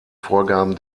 vorgaben